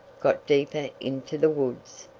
got deeper into the woods.